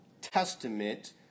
Testament